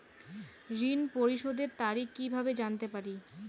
ঋণ পরিশোধের তারিখ কিভাবে জানতে পারি?